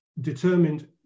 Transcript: determined